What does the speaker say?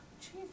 Jesus